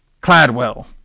Cladwell